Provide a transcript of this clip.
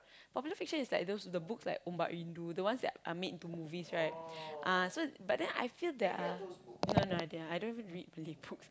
popular fiction is like those the books like ombak rindu the ones that are made into movies right ah so but then I feel that they are no no I didn't I don't even read Malay books